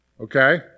okay